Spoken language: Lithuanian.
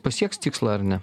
pasieks tikslą ar ne